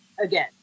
again